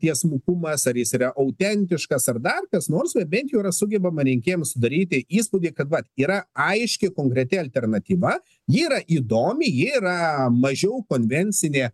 tiesmukumas ar jis yra autentiškas ar dar kas nors bent jau sugebama rinkėjams sudaryti įspūdį kad vat yra aiški konkreti alternatyva ji yra įdomi ji yra mažiau konvencinė